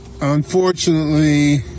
Unfortunately